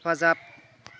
हेफाजाब